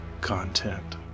content